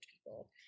people